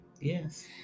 yes